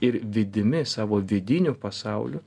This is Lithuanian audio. ir vidimi savo vidiniu pasauliu